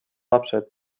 lapsed